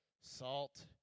salt